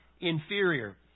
inferior